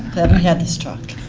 glad we had this talk.